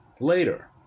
later